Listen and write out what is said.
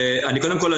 קודם כל,